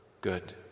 good